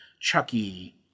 Chucky